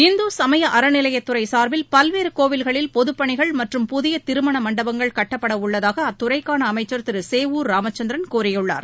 இந்து சமய அறநிலையத்துறை சார்பில் பல்வேறு கோவில்களில் பொதுப்பணிகள் மற்றும் புதிய திருமண மண்டபங்கள் கட்டப்பட உள்ளதாக அத்துறைக்கான அமைச்சர் திரு சேவூர் ராமச்சந்திரன் கூறியுள்ளார்